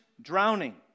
Drowning